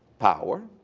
power.